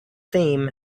theme